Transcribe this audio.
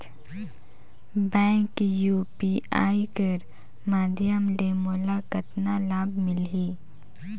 Bank UPI कर माध्यम ले मोला कतना लाभ मिली?